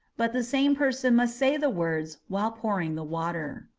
but the same person must say the words while pouring the water.